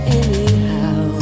anyhow